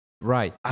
Right